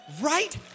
Right